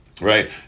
Right